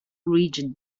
region